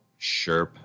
Sherp